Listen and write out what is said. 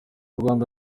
rwanda